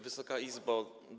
Wysoka Izbo!